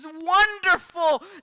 wonderful